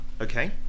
okay